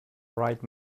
right